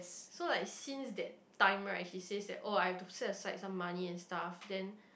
so like since that time right he says that oh I have to set aside some money and stuff then